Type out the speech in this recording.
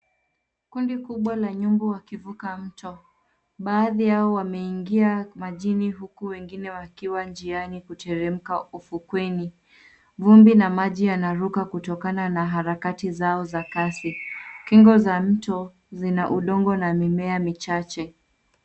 Kundi kubwa la nyumbu wakivuka mto. Baadhi yao wameingia majini huku wengine wakiwa njiani kuteremka ufukweni. Vumbi na maji yananaruka kutokana na harakati zao za kasi. Kingo zaa mto zina udongo na mimea michache.